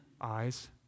eyes